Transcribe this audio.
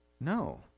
No